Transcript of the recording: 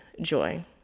joy